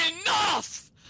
enough